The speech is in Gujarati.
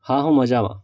હા હું મજામાં